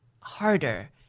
harder